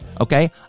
okay